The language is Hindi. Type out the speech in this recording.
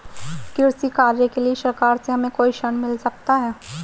कृषि कार्य के लिए सरकार से हमें कोई ऋण मिल सकता है?